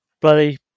Bloody